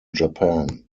japan